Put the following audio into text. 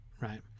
right